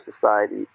society